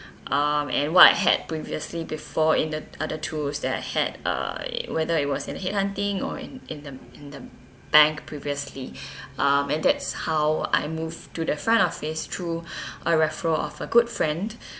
um and what I had previously before in the other two is that I had uh whether it was in headhunting or in in the in the bank previously um and that's how I move to the front office through a referral of a good friend